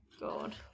God